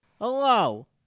Hello